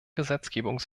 gesetzgebung